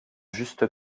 juste